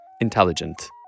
intelligent